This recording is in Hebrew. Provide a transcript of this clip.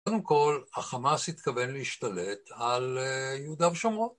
קודם כל, החמאס התכוון להשתלט על יהודה ושומרון.